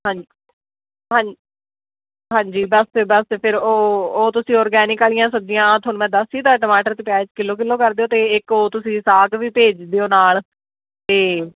ਹੰ ਹੰ ਹਾਂਜੀ ਬਸ ਬਸ ਫਿਰ ਉਹ ਉਹ ਤੁਸੀਂ ਔਰਗੈਨਿਕ ਵਾਲੀਆਂ ਸਬਜ਼ੀਆਂ ਉਹ ਤੁਹਾਨੂੰ ਮੈਂ ਦੱਸ ਦਿੱਤਾ ਟਮਾਟਰ ਅਤੇ ਪਿਆਜ਼ ਕਿੱਲੋ ਕਿੱਲੋ ਕਰ ਦਿਓ ਅਤੇ ਇੱਕ ਉਹ ਤੁਸੀਂ ਸਾਗ ਵੀ ਭੇਜ ਦਿਓ ਨਾਲ ਅਤੇ